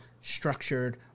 structured